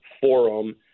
forum